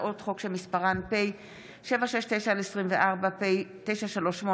הצעות חוק שמספרן פ/769/24 ו-פ/938/24.